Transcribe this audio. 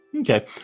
Okay